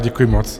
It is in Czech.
Děkuji moc.